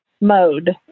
mode